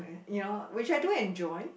you know which I do enjoy